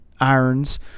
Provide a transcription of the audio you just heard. irons